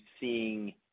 seeing